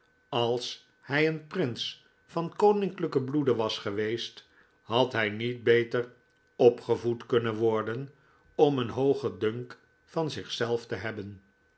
als hij een prins van koninklijken bloede was geweest had hij niet beter opgevoed kunnen worden om een hoogen dunk van zichzelf te hebben